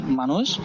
manus